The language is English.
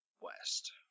west